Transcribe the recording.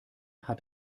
hat